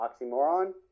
oxymoron